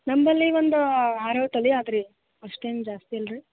ನಮ್ಮಲ್ಲಿ ಈಗ ಒಂದು ಆರು ಏಳು ತಲೆ ಆಯ್ತ್ರಿ ಅಷ್ಟೇನು ಜಾಸ್ತಿ ಇಲ್ಲರಿ